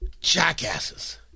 Jackasses